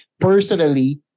personally